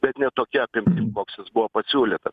bet ne tokia apimtim koks jis buvo pasiūlytas